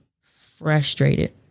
frustrated